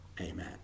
Amen